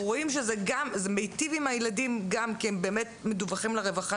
רואים שזה מיטיב גם עם הילדים ובאמת מדווחים לרווחה